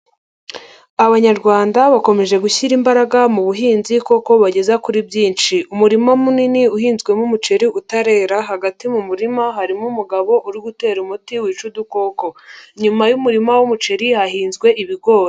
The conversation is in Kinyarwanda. Abanyarwanda bakomeje gushyira imbaraga mu buhinzi kuko bageza kuri byinshi. Umurima munini uhinzwemo umuceri utarera, hagati mu murima harimo umugabo uri gutera umuti wica udukoko. Inyuma y'umurima w'umuceri hahinzwe ibigori.